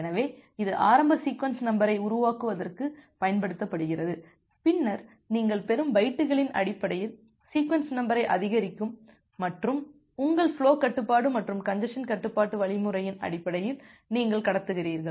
எனவே இது ஆரம்ப சீக்வென்ஸ் நம்பரை உருவாக்குவதற்கு பயன்படுத்தப்படுகிறது பின்னர் நீங்கள் பெறும் பைட்டுகளின் அடிப்படையில் சீக்வென்ஸ் நம்பரை அதிகரிக்கும் மற்றும் உங்கள் ஃபுலோ கட்டுப்பாடு மற்றும் கஞ்ஜசன் கட்டுப்பாட்டு வழிமுறையின் அடிப்படையில் நீங்கள் கடத்துகிறீர்கள்